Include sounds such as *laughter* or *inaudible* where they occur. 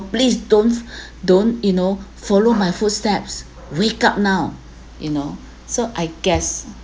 please don't *breath* don't you know follow my footsteps wake up now you know so I guess